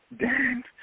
Dan